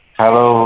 hello